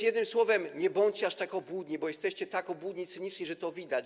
Jednym słowem: nie bądźcie aż tak obłudni, bo jesteście tak obłudni i cyniczni, że to widać.